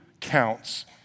counts